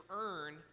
earn